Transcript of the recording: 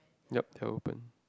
yup they are open